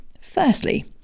Firstly